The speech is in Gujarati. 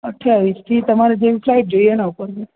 અઠયાવીસથી તમારે જેવી ફ્લાઇટ જોઈએ એના ઉપર છે